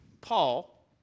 Paul